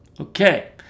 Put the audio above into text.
Okay